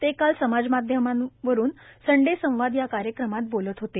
ते काल समाजमाध्यमांवरून सन्डे संवाद या कार्यक्रमात बोलत होते